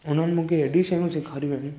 हुननि मूंखे हेॾी शयूं सेखारियूं आहिनि